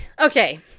Okay